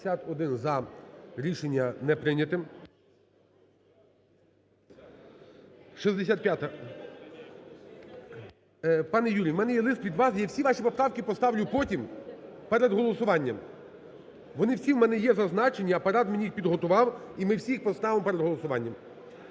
За-71 Рішення не прийнято. 65-а. Пане Юрій, в мене є лист від вас і я всі ваші поправки поставлю потім перед голосуванням. Вони всі в мене є зазначені, Апарат мені їх підготував і ми всі їх поставимо перед голосуванням.